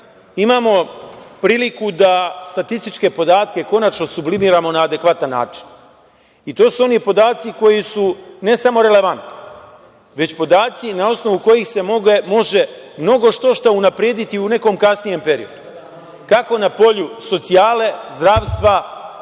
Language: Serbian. imamo priliku da statističke podatke konačno sublimiramo na adekvatan način i to su oni podaci koji su ne samo relevantni, već podaci na osnovu kojih se može mnogo što šta unaprediti u nekom kasnijem periodu, kako na polju socijale, zdravstva,